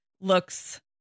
looks